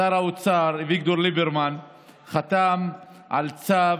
שר האוצר אביגדור ליברמן חתם על צו